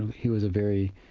he was a very